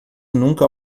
nunca